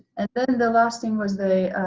then the last thing was the